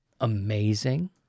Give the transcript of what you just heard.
amazing